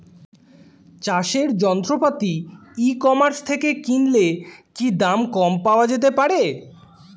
চাষের যন্ত্রপাতি e commerce থেকে কিনলে কি দাম কম পাওয়া যেতে পারে?